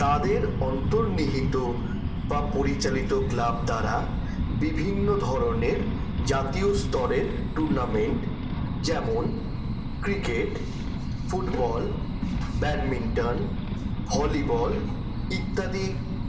তাদের অন্তর্নিহিত বা পরিচালিত ক্লাব দ্বারা বিভিন্ন ধরণের জাতীয় স্তরের টুর্নামেন্ট যেমন ক্রিকেট ফুটবল ব্যাডমিন্টান ভলিবল ইত্যাদি